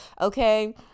okay